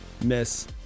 miss